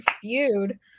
feud